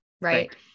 right